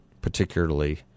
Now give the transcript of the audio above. particularly